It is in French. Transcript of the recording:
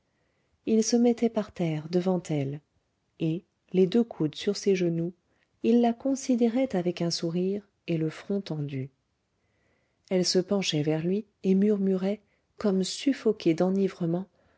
il se mettait par terre devant elle et les deux coudes sur ses genoux il la considérait avec un sourire et le front tendu elle se penchait vers lui et murmurait comme suffoquée d'enivrement